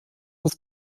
das